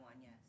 yes